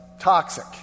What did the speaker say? Toxic